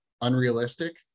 unrealistic